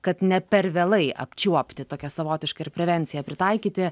kad ne per vėlai apčiuopti tokią savotišką ir prevenciją pritaikyti